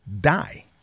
die